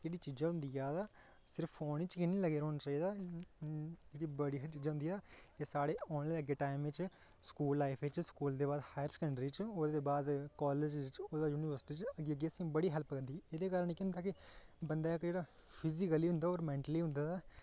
जेह्ड़ी चीजां होंदी जैदा सिर्फ फोन बिच गै निं लग्गे रौह्ने चाहिदा जेह्ड़ी बड़ी हारी चीजां होंदियां एह् साढ़े औने आह्ले अग्गे टाइम बिच स्कूल लाइफ बिच स्कूल दे बाद हायर सेकेंडरी च ओह्दे बाद कालेज च ओह्दे यूनिवर्सिटी च अग्गें अग्गें असें बड़ी हैल्प करदी एह्दे कारण केह् होंदा कि बंदा इक जेह्ड़ा फिजिकली होंदा और मैन्टली होंदा तां